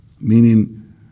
Meaning